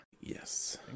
yes